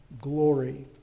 glory